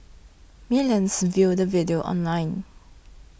millions viewed the video online